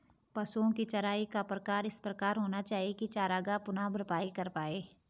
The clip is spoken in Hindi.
पशुओ की चराई का प्रकार इस प्रकार होना चाहिए की चरागाह पुनः भरपाई कर पाए